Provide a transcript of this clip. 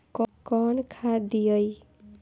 कौन खाद दियई?